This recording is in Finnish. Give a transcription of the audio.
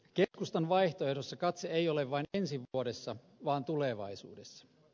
keskustan vaihtoehdossa katse ei ole vain ensi vuodessa vaan tulevaisuudessa